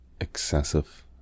excessive